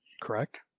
Correct